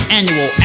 Annual